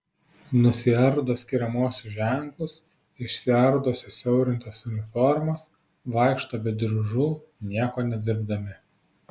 nusiardo skiriamuosius ženklus išsiardo susiaurintas uniformas vaikšto be diržų nieko nedirbdami